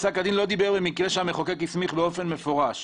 פסק הדין לא דיבר במקרים שהמחוקק הסמיך באופן מפורש.